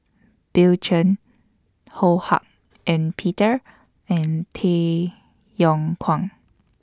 Bill Chen Ho Hak Ean Peter and Tay Yong Kwang